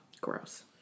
Gross